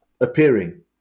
appearing